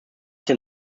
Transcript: den